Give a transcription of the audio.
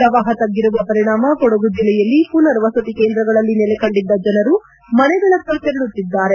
ಪ್ರವಾಪ ತ್ಗಿರುವ ಪರಿಣಾಮ ಕೊಡಗು ಜಿಲ್ಲೆಯಲ್ಲಿ ಮನರ್ ವಸತಿ ಕೇಂದ್ರಗಳಲ್ಲಿ ನೆಲೆಕಂಡಿದ್ದ ಜನರು ಮನೆಗಳತ್ತ ತೆರಳುತ್ತಿದ್ದಾರೆ